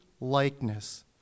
likeness